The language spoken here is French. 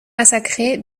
massacrés